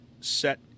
set